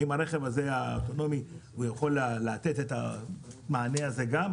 האם הרכב האוטונומי יכול לתת מענה כזה?